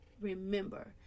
remember